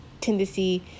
tendency